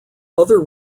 other